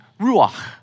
ruach